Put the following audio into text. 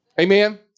Amen